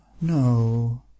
No